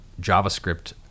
JavaScript